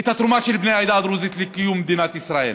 את התרומה של בני העדה הדרוזית לקיום מדינת ישראל.